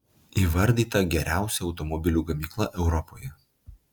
įvardyta geriausia automobilių gamykla europoje